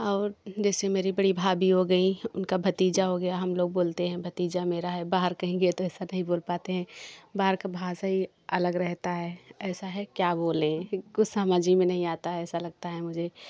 और जैसे मेरी बड़ी भाभी हो गई उनका भतीजा हो गया हम लोग बोलते हैं भतीजा मेरा है बाहर कहीं गे तो ऐसा नहीं बोल पाते हैं बाहर का भाषा ही अलग रहता है ऐसा है क्या बोलें कुछ समझ ही में नहीं आता है ऐसा लगता है मुझे